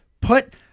put